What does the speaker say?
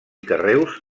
carreus